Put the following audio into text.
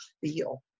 feel